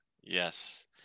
yes